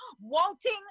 wanting